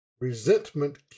Resentment